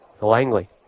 Langley